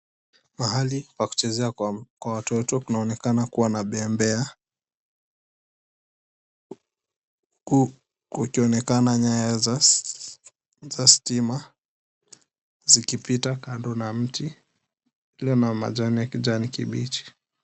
Pahali pa kuchezea kwa watoto kunaonekana kuwa na bembea, huku kukionekana nyaya za stima zikipita kando ya mti ulio na majani ya kijani kibichi.